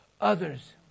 others